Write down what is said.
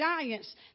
giants